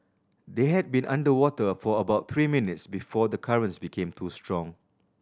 they had been underwater for about three minutes before the currents became too strong